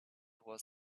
was